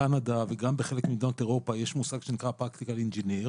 קנדה וגם בחלק ממדינות אירופה יש מושג שנקרא Practical Engineer.